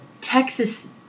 Texas